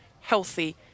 healthy